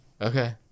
Okay